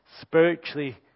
spiritually